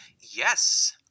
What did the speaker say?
Yes